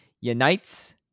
Unites